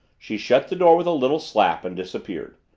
she shut the door with a little slap and disappeared.